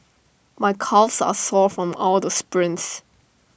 my calves are sore from all the sprints